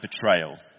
betrayal